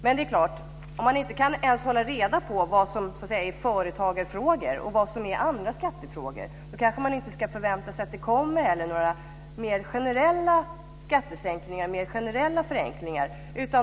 Men det är klart: Om man inte ens kan hålla reda på vad som är företagarfrågor och vad som är andra skattefrågor ska vi kanske inte förvänta oss att det kommer mer generella skattesänkningar och mer generella förenklingar.